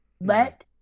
Let